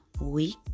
week